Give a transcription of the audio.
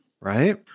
right